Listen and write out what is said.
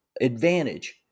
advantage